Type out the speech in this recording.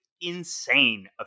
insane